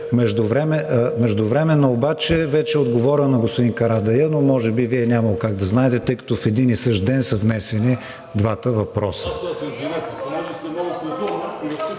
Междувременно обаче вече е отговорено на господин Карадайъ, но може би Вие е нямало как да знаете, тъй като в един и същ ден са внесени двата въпроса.